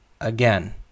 again